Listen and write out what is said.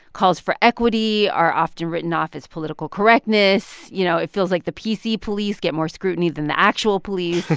calls for equity are often written off as political correctness. you know, it feels like the pc police get more scrutiny than the actual police